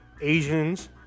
Asians